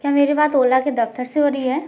क्या मेरी बात ओला के दफ्तर से हो रही है